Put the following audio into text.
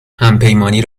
همپیمانی